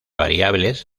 variables